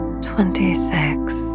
Twenty-six